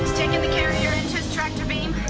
the carrier into his tractor beam.